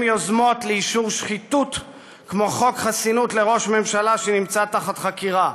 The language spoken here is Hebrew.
יוזמות לאישור שחיתות כמו חוק חסינות לראש ממשלה שנמצא בחקירה,